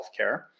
healthcare